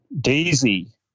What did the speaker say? Daisy